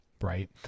right